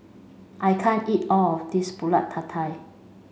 I can't eat all of this pulut tatal